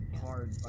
hard